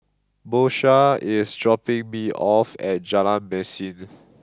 Porsha is dropping me off at Jalan Mesin